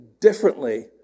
differently